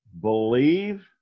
believe